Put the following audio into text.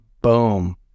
boom